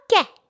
Okay